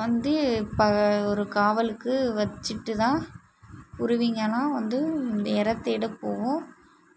வந்து ஒரு காவலுக்கு வச்சுட்டு தான் குருவிங்களாம் வந்து எரைத்தேட போகும்